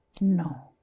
No